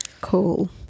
Cool